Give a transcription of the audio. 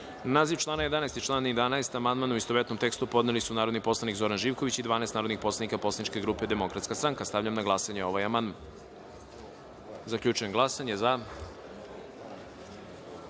naziv člana 25. i član 25. amandman, u istovetnom tekstu, podneli su narodni poslanik Zoran Živković i 12 narodnih poslanika poslaničke grupe DS.Stavljam na glasanje ovaj amandman. Zaključujem glasanje: za